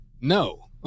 no